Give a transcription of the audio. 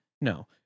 No